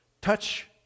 Touch